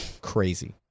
crazy